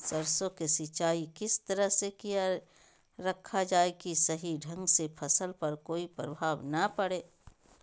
सरसों के सिंचाई किस तरह से किया रखा जाए कि सही ढंग से फसल पर कोई प्रभाव नहीं पड़े?